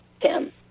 Tim